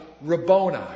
Rabboni